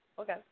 Okay